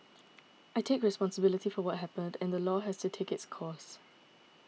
I take responsibility for what happened and the law has to take its course